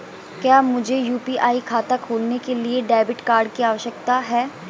क्या मुझे यू.पी.आई खाता खोलने के लिए डेबिट कार्ड की आवश्यकता है?